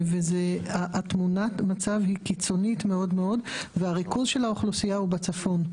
תמונת המצב היא קיצונית מאוד וריכוז האוכלוסייה הוא בצפון.